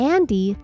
Andy